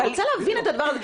אני רוצה להבין את הדבר הזה.